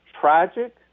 tragic